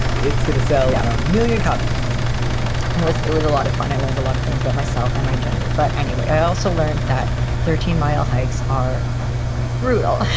it's going to sell a million copies and it was a lot of fun. i learned a lot of things about myself and my gender. but anyway, i also learned that thirteen mile hikes are brutal. huh?